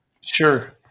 Sure